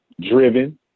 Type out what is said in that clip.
driven